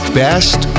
best